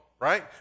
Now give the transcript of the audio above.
right